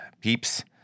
peeps